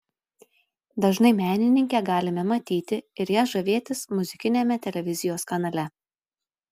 dažnai menininkę galime matyti ir ja žavėtis muzikiniame televizijos kanale